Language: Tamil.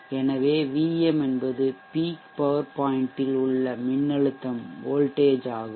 எனவே Vm என்பது பீக் பவர் பாய்ன்ட் ல் உள்ள மின்னழுத்தமாகும்